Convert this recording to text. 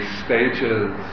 stages